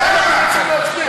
למה?